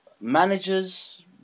managers